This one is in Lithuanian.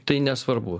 tai nesvarbu